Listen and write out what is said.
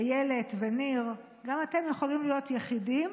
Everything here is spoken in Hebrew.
אילת וניר, גם אתם יכולים להיות יחידים